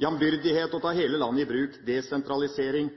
Jambyrdighet og å ta hele landet i bruk – desentralisering